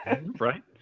Right